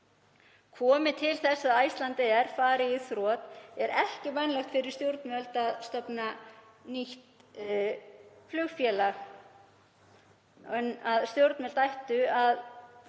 Komi til þess að Icelandair fari í þrot er ekki vænlegt fyrir stjórnvöld að stofna nýtt flugfélag. Stjórnvöld ættu í